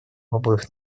обоих